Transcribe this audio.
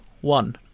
one